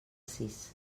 sis